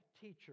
teacher